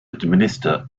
administer